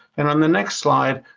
and, on the next slide,